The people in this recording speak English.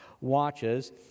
watches